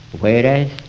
Whereas